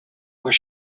where